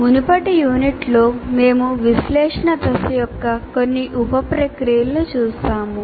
మునుపటి యూనిట్లో మేము విశ్లేషణ దశ యొక్క కొన్ని ఉప ప్రక్రియలను చూస్తున్నాము